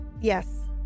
Yes